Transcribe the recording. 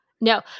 No